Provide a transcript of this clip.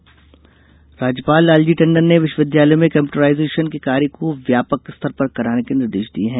राज्यपाल राज्यपाल लालजी टंडन ने विश्वविद्यालयों में कम्प्यूटराईजेशन के कार्य को व्यापक स्तर पर कराने के निर्देश दिये हैं